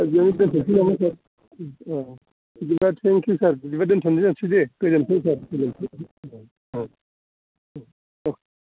एसेयावनो दोनथ'सै नामा सार औ बिदिबा थेंकिउ सार बिदिबा दोनथ'नाय जासै दे गोजोन्थों सार गोजोन्थों